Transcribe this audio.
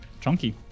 chunky